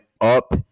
up